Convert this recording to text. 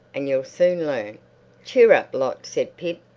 and you'll soon learn cheer up, lot, said pip.